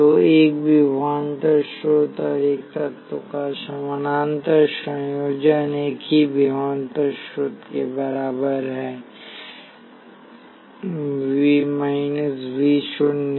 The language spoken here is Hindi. तो एक विभवांतर स्रोत और एक तत्व का समानांतर संयोजन एक ही विभवांतर स्रोत के बराबर है वी शून्य